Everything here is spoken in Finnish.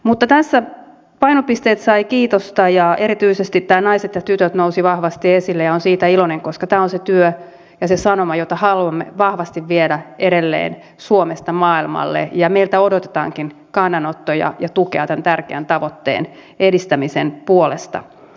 mutta tässä painopisteet saivat kiitosta ja erityisesti naiset ja tytöt nousivat vahvasti esille ja olen siitä iloinen koska tämä on se työ ja se sanoma jota haluamme vahvasti viedä edelleen suomesta maailmalle ja meiltä odotetaankin kannanottoja ja tukea tämän tärkeän tavoitteen edistämisen puolesta